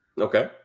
Okay